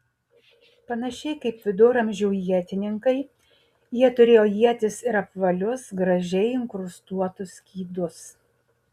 panašiai kaip viduramžių ietininkai jie turėjo ietis ir apvalius gražiai inkrustuotus skydus